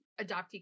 adoptee